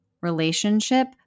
relationship